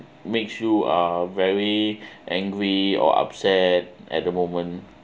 makes you uh very angry or upset at the moment